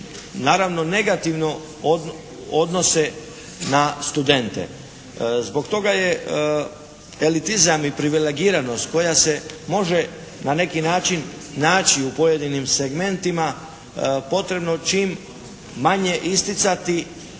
naravno negativno odnose na studente. Zbog toga je elitizam i privilegiranost koja se može na neki način naći u pojedinim segmentima potrebno čim manje isticati